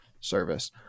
service